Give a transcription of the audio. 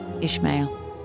Ishmael